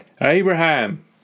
Abraham